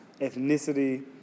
ethnicity